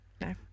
No